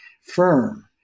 firm